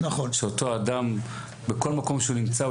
שאותו אדם בכל מקום שהוא נמצא,